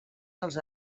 dels